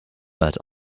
but